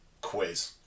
quiz